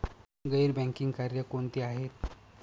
गैर बँकिंग कार्य कोणती आहेत?